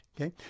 Okay